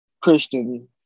Christian